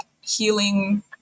healing